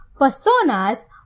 personas